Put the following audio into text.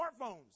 smartphones